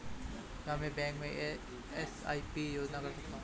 क्या मैं बैंक में एस.आई.पी योजना कर सकता हूँ?